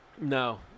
no